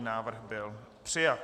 Návrh byl přijat.